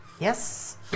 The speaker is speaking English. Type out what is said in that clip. Yes